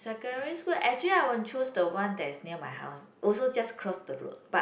secondary school actually I want choose the one that is near my house also only just cross the road but